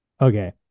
Okay